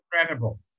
incredible